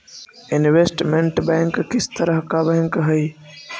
investment bank किस तरह का बैंक हई